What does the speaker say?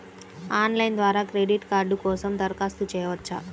Online ద్వారా credit card కోసం దరఖాస్తు చేయవచ్చా?